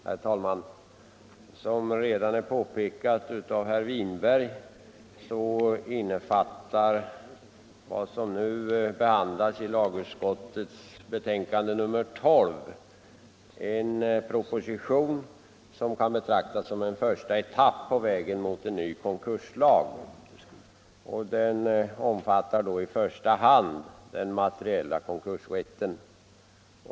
Herr talman! Som redan har påpekats av herr Winberg innefattar behandlingen i lagutskottets betänkande nr 12 en proposition, som kan betraktas som en första etapp på vägen mot en ny konkurslag. Propositionen omfattar i första hand den materiella konkursrätten.